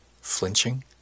Flinching